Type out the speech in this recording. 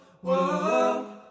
whoa